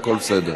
הכול בסדר.